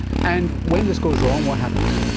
and when this goes wrong what happens?